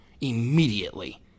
immediately